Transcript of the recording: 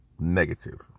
negative